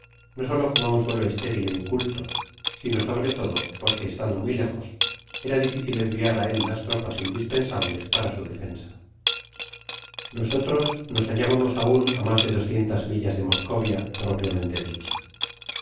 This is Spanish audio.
no solo como á un suelo estéril é inculto sino sobre todo porque estando muy lejos era difícil enviar á él las tropas indispensables para su defensa nosotros nos hallábamos aun á mas de doscientas millas de moscovia propiamente dicha